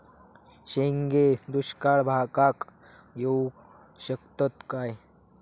शेंगे दुष्काळ भागाक येऊ शकतत काय?